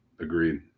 Agreed